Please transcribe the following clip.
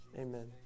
amen